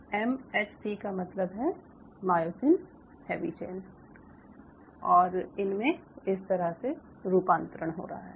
M H C का मतलब है मायोसिन हैवी चेन और इनमे इस तरह से रूपांतरण हो रहा है